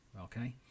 okay